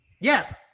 yes